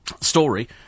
story